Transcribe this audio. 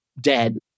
dead